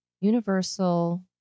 universal